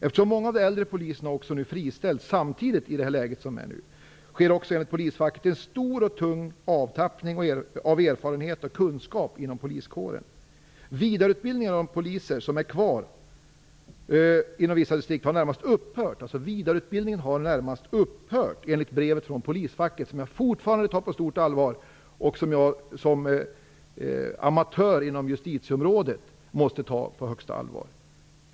Eftersom många av de äldre poliserna nu också friställs under det läge som nu råder sker, enligt polisfacket, en stor och tung avtappning av erfarenhet och kunskap inom poliskåren. Vidareutbildningen av de poliser som är kvar har i vissa distrikt närmast upphört, enligt brevet från polisfacket som jag fortfarande tar på stort allvar och som jag i egenskap av amatör inom justitieområdet måste ta på största allvar.